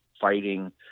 fighting